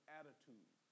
attitude